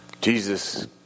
Jesus